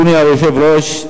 אדוני היושב-ראש,